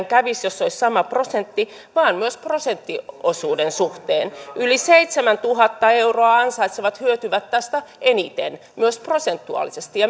kävisi jos on sama prosentti pienemmästä palkasta vaan myös prosenttiosuuden suhteen yli seitsemäntuhatta euroa ansaitsevat hyötyvät tästä eniten myös prosentuaalisesti